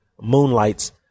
moonlights